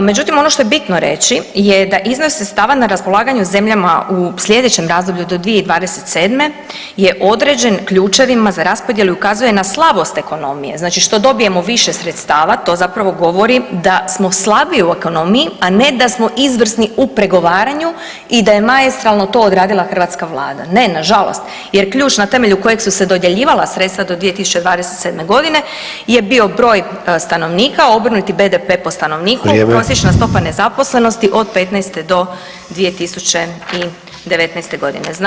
Međutim ono što je bitno reći je da iznos sredstava na raspolaganju zemljama u slijedećem razdoblju do 2027. je određen ključevima za raspodjelu i ukazuje na slabost ekonomije, znači što dobijemo više sredstava, to zapravo govori da smo slabiji u ekonomiji a ne da smo izvrsni u pregovaranju i da je maestralno to odradila hrvatska Vlada. ne nažalost, jer ključ na temelju kojeg su se dodjeljivala sredstva do 2027. g. je bio broj stanovnika, obrnuti BDP po stanovniku [[Upadica Sanader: Vrijeme.]] prosječna stopa nezaposlenosti od 2015 do 2019. godine.